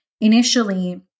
Initially